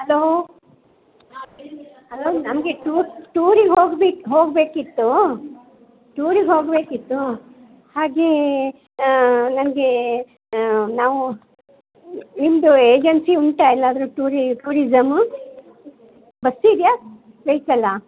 hello hello ನಮಗೆ tour ಟೂರಿಗೆ ಹೋಗ್ಬೇಕು ಹೊಗಬೇಕಿತ್ತು ಟೂರಿಗೆ ಹೊಗಬೇಕಿತ್ತು ಹಾಗೆ ನನಗೆ ನಾವು ನಿಮ್ಮದು ಏಜನ್ಸಿ ಉಂಟ ಎಲ್ಲಾದರೂ ಟೂರಿ ಟೂರಿಸಮ್ ಬಸ್ಸಿಗೆ ಹೋಯ್ಕಲ್ಲ